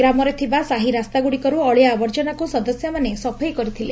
ଗ୍ରାମରେ ଥିବା ସାହି ରାସ୍ତାଗୁଡ଼ିକରୁ ଅଳିଆ ଆବର୍ଜନାକୁ ସଦସ୍ୟମାନେ ସଫେଇ କରିଥିଲେ